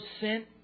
sent